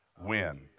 win